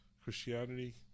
christianity